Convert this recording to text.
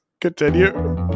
Continue